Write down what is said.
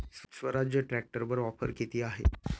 स्वराज्य ट्रॅक्टरवर ऑफर किती आहे?